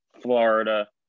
Florida